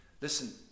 Listen